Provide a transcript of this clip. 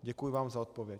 Děkuji vám za odpověď.